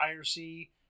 IRC